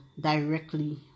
directly